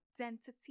identity